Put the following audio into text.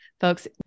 folks